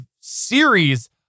series